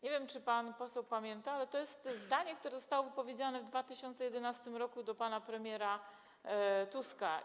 Nie wiem, czy pan poseł pamięta, ale to jest zdanie, które zostało wypowiedziane w 2011 r. do pana premiera Tuska.